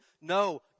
No